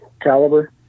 caliber